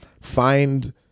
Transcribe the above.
find